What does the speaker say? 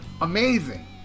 amazing